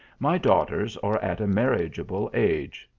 my daughters are at a marriageable age.